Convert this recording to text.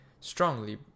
strongly